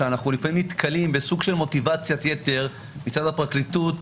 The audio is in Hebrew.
שאנחנו לפעמים נתקלים בסוג של מוטיבציית יתר מצד הפרקליטות,